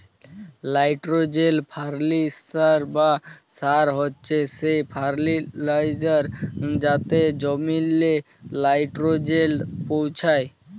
nitrogen fertiliser বা সার হছে সে ফার্টিলাইজার যাতে জমিল্লে লাইট্রোজেল পৌঁছায়